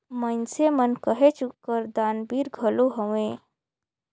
मइनसे मन कहेच कर दानबीर घलो हवें